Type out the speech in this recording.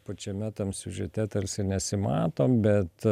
pačiame tam siužete tarsi nesimato bet